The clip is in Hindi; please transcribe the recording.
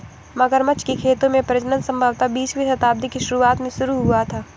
मगरमच्छ के खेतों में प्रजनन संभवतः बीसवीं शताब्दी की शुरुआत में शुरू हुआ था